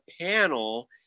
panel